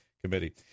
Committee